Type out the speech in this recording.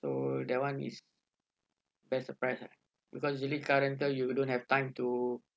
so that one is best surprise uh because usually car rental you don't have time to